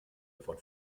von